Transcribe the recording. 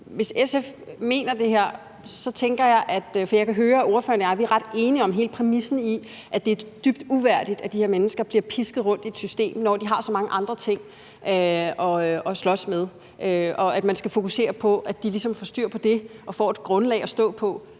Hvis SF mener det her, så tænker jeg på noget. Jeg kan høre, at ordføreren og jeg er ret enige om hele præmissen i, at det er dybt uværdigt, at de her mennesker bliver pisket rundt i et system, når de har så mange andre ting at slås med, og at man skal fokusere på, at de ligesom får styr på det og får et grundlag at stå på,